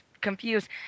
confused